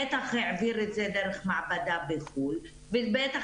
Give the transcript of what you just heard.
בטח העביר את זה דרך מעבדה בחו"ל ובטח